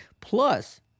Plus